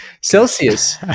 Celsius